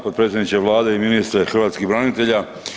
Potpredsjedniče Vlade i ministre hrvatskih branitelja.